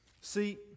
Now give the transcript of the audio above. See